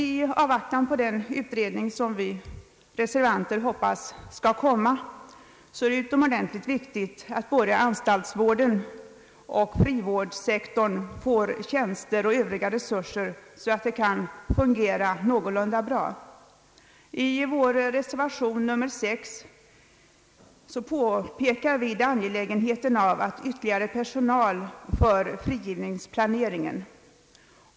I avvaktan på den utredning som vi reservanter hoppas på är det emellertid utomordentligt viktigt att både anstaltsvården och frivårdssektorn får tjänster och övriga resurser så att de kan fungera någorlunda bra. I vår reservation, nr 6, påpekar vi behovet av ytterligare personal för frigivningsplaneringen.